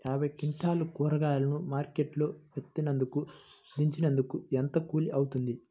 యాభై క్వింటాలు కూరగాయలు మార్కెట్ లో ఎత్తినందుకు, దించినందుకు ఏంత కూలి అవుతుంది?